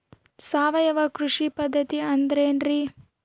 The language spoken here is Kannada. ಸಾವಯವ ಕೃಷಿ ಪದ್ಧತಿ ಅಂದ್ರೆ ಏನ್ರಿ?